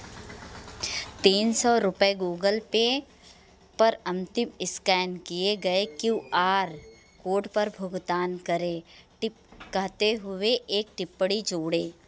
तीन सौ रुपये गूगल पे पर अंतिम स्कैन किए गए क्यू आर कोड पर भुगतान करे टिप कहते हुए एक टिप्पणी जोड़े